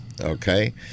Okay